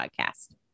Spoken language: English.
Podcast